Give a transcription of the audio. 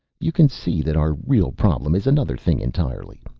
you can see that our real problem is another thing entirely.